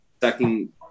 second